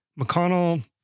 McConnell